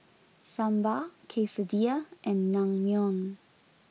Sambar Quesadillas and Naengmyeon